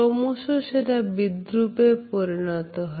ক্রমশ সেটা বিদ্রুপে পরিণত হয়